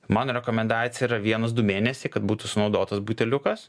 mano rekomendacija yra vienas du mėnesiai kad būtų sunaudotas buteliukas